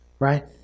Right